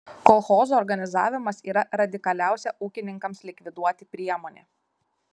kolchozų organizavimas yra radikaliausia ūkininkams likviduoti priemonė